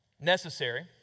necessary